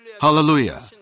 Hallelujah